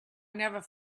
never